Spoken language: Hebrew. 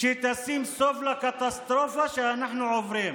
שתשים סוף לקטסטרופה שאנחנו עוברים.